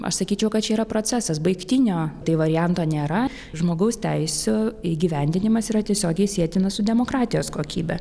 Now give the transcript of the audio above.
aš sakyčiau kad čia yra procesas baigtinio tai varianto nėra žmogaus teisių įgyvendinimas yra tiesiogiai sietinas su demokratijos kokybe